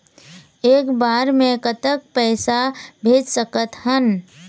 एक बार मे कतक पैसा भेज सकत हन?